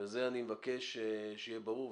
אני מבקש שיהיה ברור.